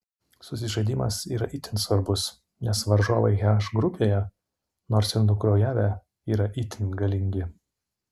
susižaidimas yra itin svarbus nes varžovai h grupėje nors ir nukraujavę yra itin galingi